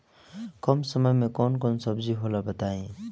कम समय में कौन कौन सब्जी होला बताई?